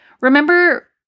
Remember